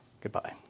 Goodbye